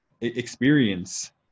experience